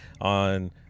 on